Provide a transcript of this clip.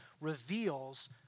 reveals